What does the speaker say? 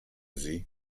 sie